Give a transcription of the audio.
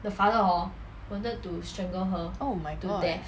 oh my god